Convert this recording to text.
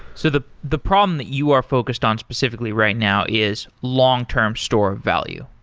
so the the problem that you are focused on specifically right now is long-term store value.